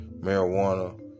marijuana